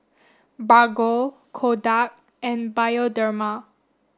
Bargo Kodak and Bioderma